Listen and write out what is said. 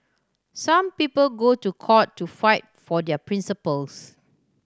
some people go to court to fight for their principles